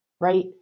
right